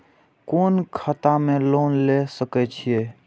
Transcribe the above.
कोन खाता में लोन ले सके छिये?